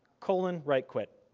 colon, write, quit.